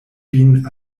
vin